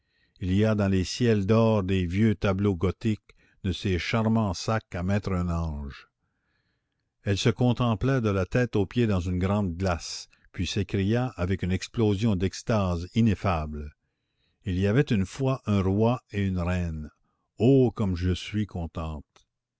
il y a dans les ciels d'or des vieux tableaux gothiques de ces charmants sacs à mettre un ange elle se contempla de la tête aux pieds dans une grande glace puis s'écria avec une explosion d'extase ineffable il y avait une fois un roi et une reine oh comme je suis contente